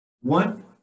One